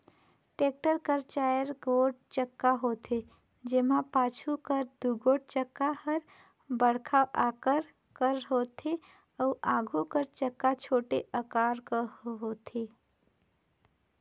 tractor कर चाएर गोट चक्का होथे, जेम्हा पाछू कर दुगोट चक्का हर बड़खा अकार कर होथे अउ आघु कर चक्का छोटे अकार कर होथे